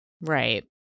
Right